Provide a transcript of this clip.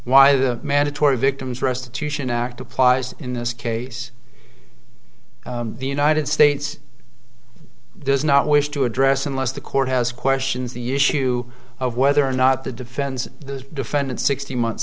why the mandatory victims restitution act applies in this case the united states does not wish to address unless the court has questions the issue of whether or not the defends the defendant sixteen month